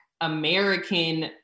american